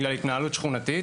בגלל התנהלות שכונתית,